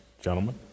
Gentlemen